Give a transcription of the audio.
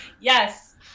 yes